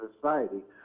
society